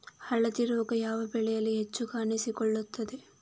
ಹಳದಿ ರೋಗ ಯಾವ ಬೆಳೆಯಲ್ಲಿ ಹೆಚ್ಚು ಕಾಣಿಸಿಕೊಳ್ಳುತ್ತದೆ?